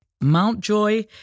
Mountjoy